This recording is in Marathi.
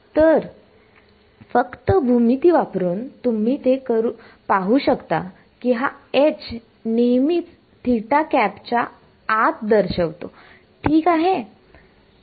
तर फक्त भूमिती वापरून तुम्ही ते पाहू शकता की हा H नेहमी च्या आत दर्शवितो ठीक आहे